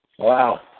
Wow